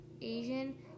Asian